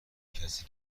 کسی